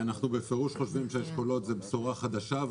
אנחנו בפירוש חושבים שהאשכולות זאת בשורה חדשה.